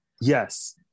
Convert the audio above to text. Yes